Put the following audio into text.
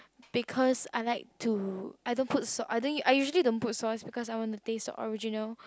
because I like to I don't put salt I don't I usually don't put sauce because I want to taste the original